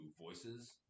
voices